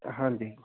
ਹਾਂਜੀ